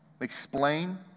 explain